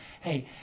hey